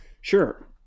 sure